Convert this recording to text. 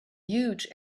huge